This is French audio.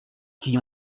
qui